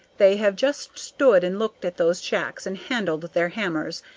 they have just stood and looked at those shacks and handled their hammers,